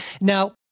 now